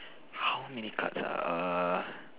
how many cards are err